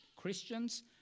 Christians